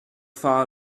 far